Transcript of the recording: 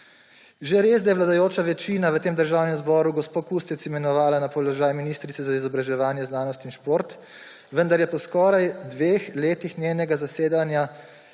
Že res, da je vladajoča večina v tem državnem zboru gospo Kustec imenovala na položaj ministrice za izobraževanje, znanost in šport, vendar je po skoraj dveh letih njenega zasedanja